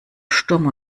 sturm